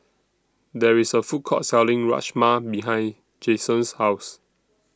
There IS A Food Court Selling Rajma behind Jasen's House